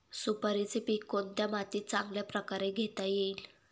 सुपारीचे पीक कोणत्या मातीत चांगल्या प्रकारे घेता येईल?